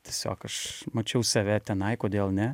tiesiog aš mačiau save tenai kodėl ne